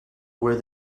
where